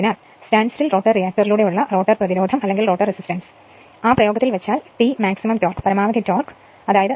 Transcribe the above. അതിനാൽ stand still rotor റിയാക്ടറിലൂടെയുള്ള rotor resistance rotor resistance ആ പ്രയോഗത്തിൽ വെച്ചാൽ t മാക്സിമം ടോർക്ക് 3ω S 0